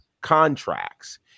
contracts